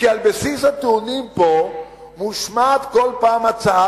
כי על בסיס הטיעונים פה מושמעת כל פעם הצעה